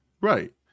Right